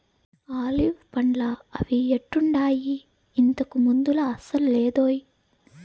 olive పండ్లా అవి ఎట్టుండాయి, ఇంతకు ముందులా అసలు లేదోయ్